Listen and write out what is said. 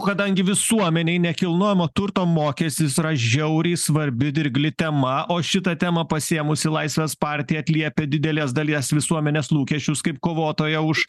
kadangi visuomenėj nekilnojamo turto mokestis yra žiauriai svarbi dirgli tema o šitą temą pasiėmusi laisvės partija atliepia didelės dalies visuomenės lūkesčius kaip kovotoja už